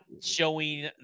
showing